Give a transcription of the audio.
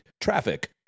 traffic